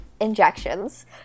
injections